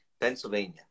Pennsylvania